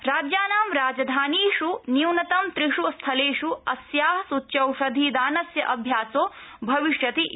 राज्यानां राजधानीष् न्यूनतमं त्रिष् स्थलेष् अस्या सूच्यौषधिदानस्य अभ्यासो भविष्यति इति